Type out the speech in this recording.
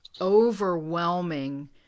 overwhelming